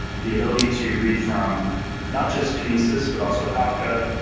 the ability to read from not just kinesis, but also kafka,